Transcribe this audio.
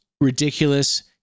ridiculous